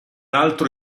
altro